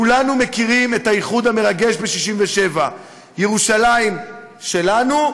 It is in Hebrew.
כולנו מכירים את האיחוד המרגש ב-67' ירושלים שלנו,